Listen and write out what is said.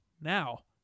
Now